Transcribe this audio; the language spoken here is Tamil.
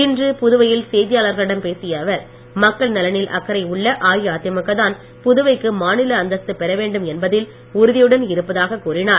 இன்று புதுவையில் செய்தியாளர்களிடம் பேசிய அவர் மக்கள் நலனில் அக்கறை உள்ள அஇஅதிமுக தான் புதுவைக்கு மாநில அந்தஸ்து பெற வேண்டும் என்பதில் உறுதியுடன் இருப்பதாக கூறினார்